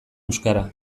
euskara